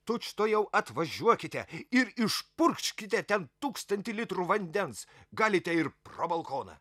tučtuojau atvažiuokite ir išpurkškite ten tūkstantį litrų vandens galite ir pro balkoną